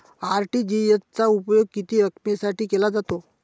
RTGS चा उपयोग किती रकमेसाठी केला जातो?